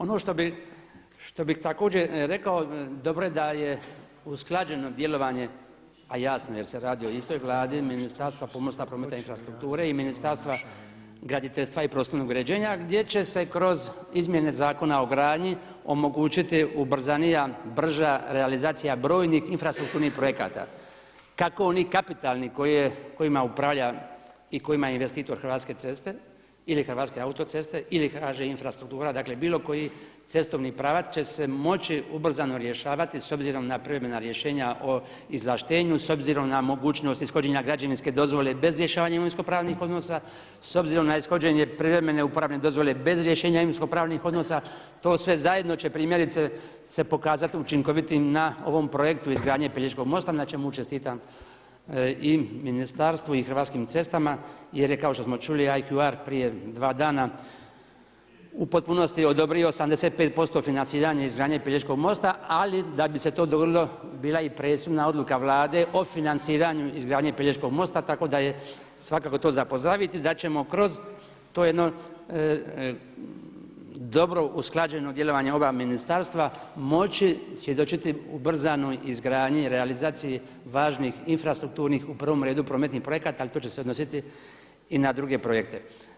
Ono što bi također rekao dobro je da je usklađeno djelovanje, a jasno jer se radi o istoj Vladi Ministarstva pomorstva, prometa i infrastrukture i Ministarstva graditeljstva i prostornog uređenja gdje će se kroz izmjene Zakona o gradnji omogućiti ubrzanija, brža realizacija brojnih infrastrukturnih projekata kako onih kapitalni kojima upravlja i kojima je investitor Hrvatske cesta ili HAC ili HŽ Infrastruktura dakle bilo koji cestovni pravac će se moći ubrzano rješavat s obzirom na privremena rješenja o izvlaštenju, s obzirom na mogućnost ishođenja dozvole bez rješavanja imovinskopravnih donosa, s obzirom na ishođenje privremene uporabne dozvole bez rješenja imovinskopravnih odnosa, to sve zajedno primjerice će se pokazati učinkovitim na ovom projektu izgradnje Pelješkog mosta, na čemu čestitam i ministarstvu i Hrvatskim cestama jer je kao što smo uči … prije dva dana u potpunosti odobrio 75% financiranje izgradnje Pelješkog mosta, ali da bi se to dogodilo bila i presudna odluka Vlade o financiranju izgradnje Pelješkog mosta, tako da je svakako to za pozdraviti, da ćemo kroz to jedno dobro usklađeno djelovanje oba ministarstva moći svjedočiti ubrzanoj izgradnji i realizaciji važnih infrastrukturnih u prvom redu prometnih projekta, ali to će se odnositi i na druge projekte.